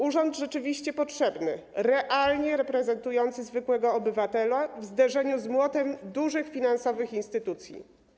Urząd jest rzeczywiście potrzebny, realnie reprezentujący zwykłego obywatela w zderzeniu z młotem dużych finansowych instytucji.